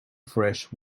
fresh